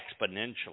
exponentially